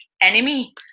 enemy